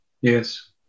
Yes